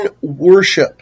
worship